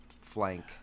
flank